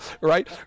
right